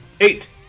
Eight